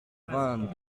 vingt